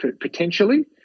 potentially